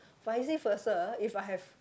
vice versa if I have